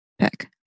Pick